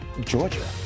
georgia